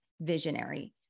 visionary